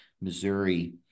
Missouri